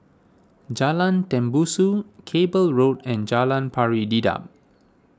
Jalan Tembusu Cable Road and Jalan Pari Dedap